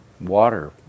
water